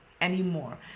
anymore